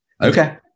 okay